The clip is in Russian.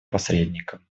посредником